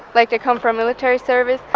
like, they come from military service.